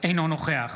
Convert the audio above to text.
אינו נוכח